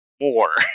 more